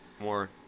More